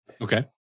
Okay